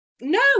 no